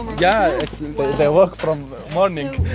yeah, they work from um